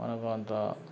మనకు అంతా